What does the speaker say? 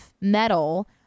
metal